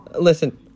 Listen